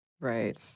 Right